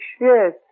Yes